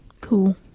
Cool